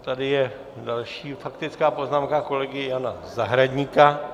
Tady je další faktická poznámka kolegy Jana Zahradníka.